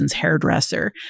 Hairdresser